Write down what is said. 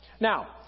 Now